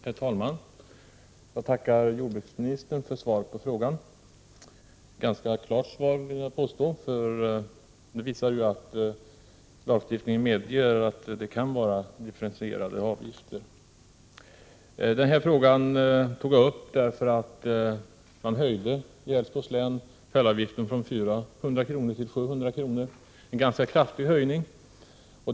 Herr talman! Jag tackar jordbruksministern för svaret på frågan. Det är ett ganska klart svar, som visar att lagstiftningen medger differentierade avgifter. Jag tog upp frågan därför att fällavgiften i Älvsborgs län höjdes från 400 kr. till 700 kr., vilket var en kraftig höjning.